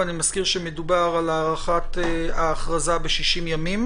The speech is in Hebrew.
ואני מזכיר שמדובר על הארכת ההכרזה ב-60 ימים,